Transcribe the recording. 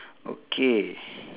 okay